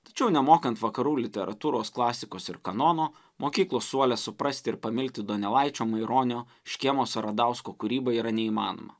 tačiau nemokant vakarų literatūros klasikos ir kanono mokyklos suole suprasti ir pamilti donelaičio maironio škėmos ar radausko kūrybą yra neįmanoma